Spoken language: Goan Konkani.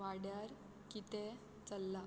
वाड्यार कितें चल्ला